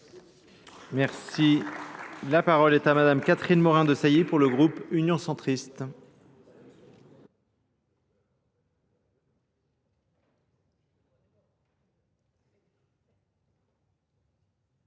bien. La parole est à madame Catherine Morin de Saillie pour le groupe Union Centriste.